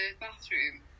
bathroom